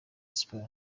sport